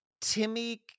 Timmy